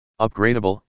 Upgradable